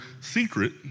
secret